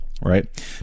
right